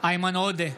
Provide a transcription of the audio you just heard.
איימן עודה,